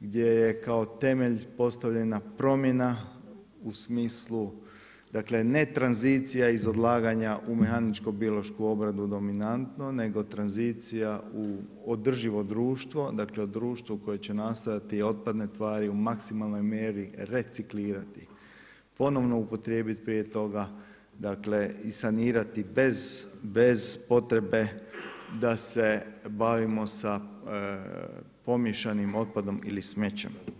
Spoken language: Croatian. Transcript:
gdje je kao temelj postavljena promjena u smislu, dakle ne tranzicija iz odlaganja u mehaničko biološku obradu dominantno nego tranzicija u održivo društvo, dakle u društvo koje će nastojati otpadne tvari u maksimalnoj mjeri reciklirati, ponovno upotrijebiti prije toga, dakle i sanirati bez potrebe da se bavimo sa pomiješanim otpadom ili smećem.